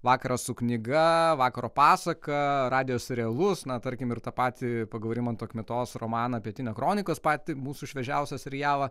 vakaras su knyga vakaro pasaka radijas realus na tarkim ir tą patį pagal rimanto kmitos romaną pietinia kronikas patį mūsų šviežiausią serialą